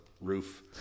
roof